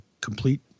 complete